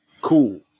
Cool